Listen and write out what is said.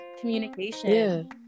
communication